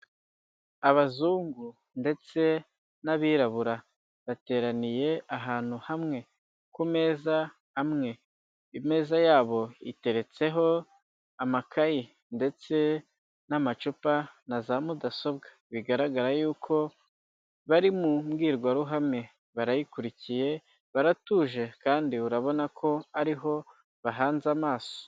Abazungu ndetse n'abirabura, bateraniye ahantu hamwe, ku meza amwe, imeza yabo iteretseho amakayi, ndetse n'amacupa na za Mudasobwa, bigaragara y'uko bari mu mbwirwaruhame, barayikurikiye baratuje, kandi urabona ko ariho bahanze amaso.